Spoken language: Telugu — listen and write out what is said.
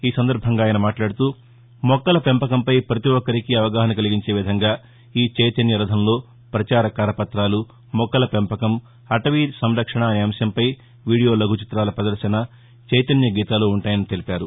ఈ సందర్భంగా మంత్రి మాట్లాడుతూ మొక్కల పెంపకంపై పతి ఒక్కరికి అవగాహన కలిగించే విధంగా ఈ చైతన్య రథంలో పచార కరపతాలు మొక్కల పెంపకం అటవీ సంరక్షణ అనే అంశంపై వీడియో లఘు చిత్రాల పదర్శన చైతన్య గీతాలు వుంటాయని తెలిపారు